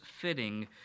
fitting